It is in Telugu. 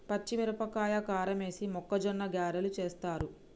పచ్చిమిరపకాయల కారమేసి మొక్కజొన్న గ్యారలు చేస్తారు